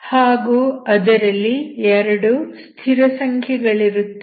ಹಾಗೂ ಅದರಲ್ಲಿ 2 ಸ್ಥಿರಸಂಖ್ಯೆಗಳಿರುತ್ತವೆ